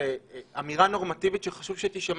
זו אמירה נורמטיבית שחשוב שתישמע